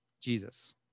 Jesus